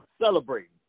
celebrating